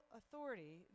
authority